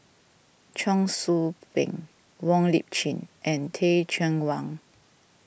Cheong Soo Pieng Wong Lip Chin and Teh Cheang Wan